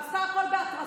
ועשתה הכול בהתרסות.